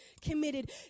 committed